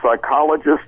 psychologist